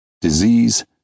disease